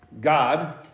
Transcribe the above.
God